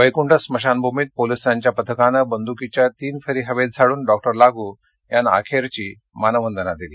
वर्फ्छि स्मशानभूमीत पोलिसांच्या पथकानं बंदुकीच्या तीन फ्री हवेत झाडून डॉक्टर लागू यांना अखेरची मानवंदना दिली